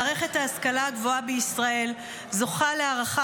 מערכת ההשכלה הגבוהה בישראל זוכה להערכה